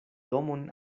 domon